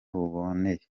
buboneye